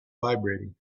vibrating